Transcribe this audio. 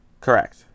correct